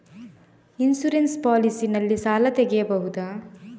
Insurance policy ನಲ್ಲಿ ಸಾಲ ತೆಗೆಯಬಹುದ?